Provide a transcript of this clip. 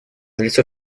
налицо